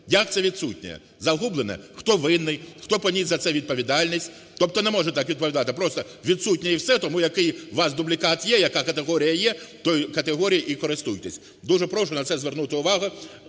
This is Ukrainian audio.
Як це - відсутня? Загублена? Хто винний, хто поніс за це відповідальність? Тобто не можна так відповідати, просто відсутня і все, тому який ваш дублікат є, яка категорія є, тою категорією і користуйтесь. Дуже прошу на це звернути увагу,